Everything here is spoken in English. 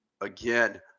again